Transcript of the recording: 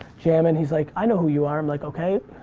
jammin, he's like, i know who you are. i'm like, okay,